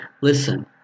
Listen